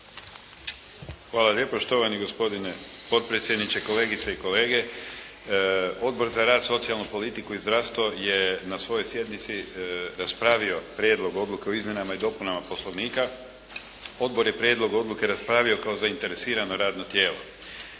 Hvala lijepa štovani gospodine potpredsjedniče, kolegice i kolege. Odbor za rad, socijalnu politiku i zdravstvo je na svojoj sjednici raspravio Prijedlog odluke o izmjenama i dopunama Poslovnika. Odbor je prijedlog odluke raspravio kao zainteresirano radno tijelo.